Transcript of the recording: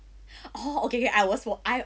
oh okay okay I was 我 I